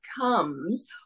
comes